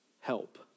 help